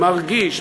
מרגיש,